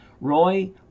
Roy